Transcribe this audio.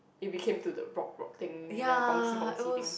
it became to a broke broke thing you know bouncy bouncy thing